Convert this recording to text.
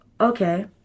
okay